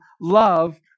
love